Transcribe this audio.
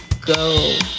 go